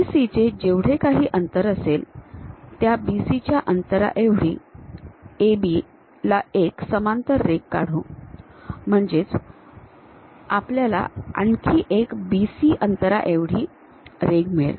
BC चे जेवढे काही अंतर असेल त्या BC च्या अंतराएवढी AB ला एक समांतर रेघ काढू म्हणजे आपल्याला आणखी एक BC अंतराएवढी रेघ मिळेल